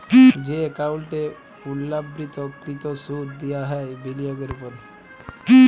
যে একাউল্টে পুর্লাবৃত্ত কৃত সুদ দিয়া হ্যয় বিলিয়গের উপর